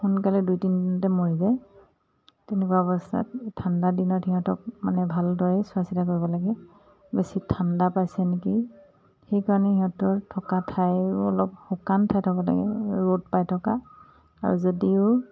সোনকালে দুই তিনদিনতে মৰি যায় তেনেকুৱা অৱস্থাত ঠাণ্ডা দিনত সিহঁতক মানে ভালদৰে চোৱা চিতা কৰিব লাগে বেছি ঠাণ্ডা পাইছে নেকি সেইকাৰণে সিহঁতৰ থকা ঠাই অলপ শুকান ঠাই থব লাগে ৰ'দ পাই থকা আৰু যদিও